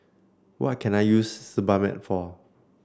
what can I use Sebamed for